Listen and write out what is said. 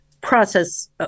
process